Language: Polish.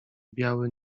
biały